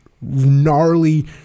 gnarly